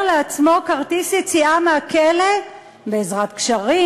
לעצמו כרטיס יציאה מהכלא בעזרת קשרים,